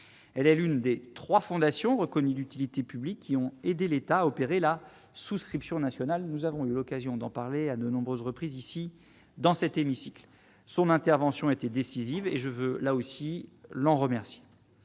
elle est l'une des 3 fondation reconnue d'utilité publique qui ont aidé l'État opéré la souscription nationale, nous avons eu l'occasion d'en parler à de nombreuses reprises ici dans cet hémicycle, son intervention a été décisive et je veux là aussi l'en remercier